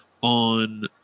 on